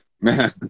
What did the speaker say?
man